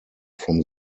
from